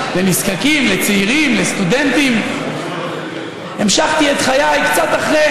אתם צריכים לשאול את עצמכם למה גם המחנה שלכם בעט אתכם מחוץ למחנה.